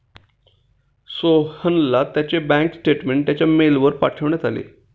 सोहनला त्याचे bank statement त्याच्या मेलवर पाठवण्यात आले